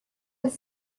have